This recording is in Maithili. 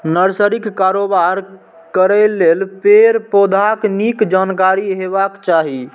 नर्सरीक कारोबार करै लेल पेड़, पौधाक नीक जानकारी हेबाक चाही